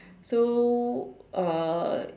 so uh